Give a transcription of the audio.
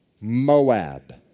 Moab